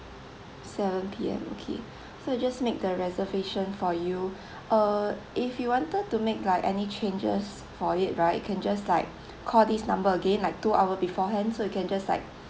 seven P_M okay so I just make the reservation for you uh if you wanted to make like any changes for it right can just like call this number again like two hour beforehand so you can just like